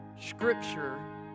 scripture